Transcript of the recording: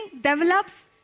develops